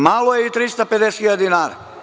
Malo je i 350.000 dinara.